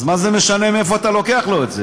אז מה זה משנה מאיפה אתה לוקח לו את זה?